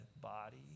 body